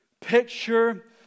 picture